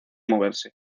moverse